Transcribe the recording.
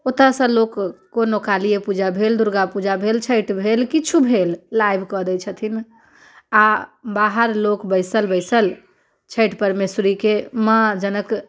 ओतऽसँ लोक कोनो कालिये पूजा भेल दुर्गापूजा भेल छठि भेल किछु भेल लाइव कऽ दै छथिन आओर बाहर लोक बैसल बैसल छठि परमेश्वरीके माँ जनक